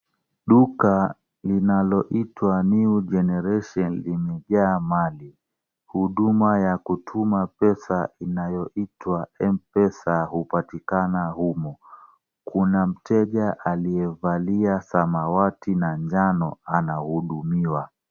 Duka linaloitwa New Generation imejaa mali. Huduma ya kutuma pesa inayoitwa MPESA hupatikana humo, kuna mteja aliyevalia samawati na njano anahudumiwa.